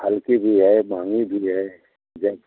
हल्की भी है महंगी भी है जय